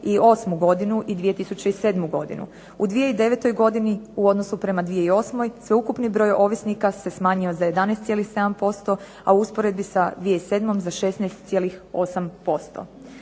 na 2008. godinu i 2007. godinu. U 2009. godini u odnosu prema 2008. sveukupni broj ovisnika se smanjio za 11,7% a u usporedbi sa 2007. za 16,8%.